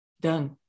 done